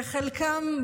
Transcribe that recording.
וחלקם,